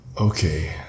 Okay